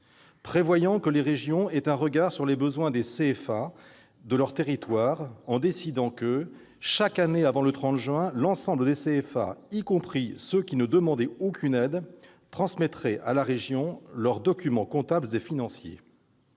prévoyant que les régions aient un regard sur les besoins des CFA de leurs territoires en décidant que, chaque année avant le 30 juin, l'ensemble des CFA, y compris ceux qui ne demandaient aucune aide, transmettrait à la région leurs documents comptables et financiers-